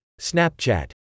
Snapchat